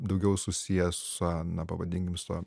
daugiau susiję su na pavadinkim su